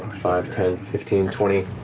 five, ten, fifteen, twenty,